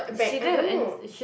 a bang I don't know